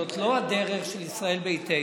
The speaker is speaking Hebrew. זו לא הדרך של ישראל ביתנו.